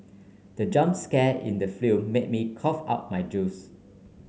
the jump scare in the film made me cough out my juice